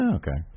okay